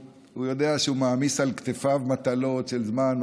יודע שהוא מעמיס על כתפיו מטלות של זמן,